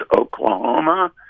Oklahoma